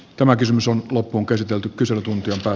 tämä kysymys on loppuunkäsitelty kyselytuntia